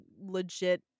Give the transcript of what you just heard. legit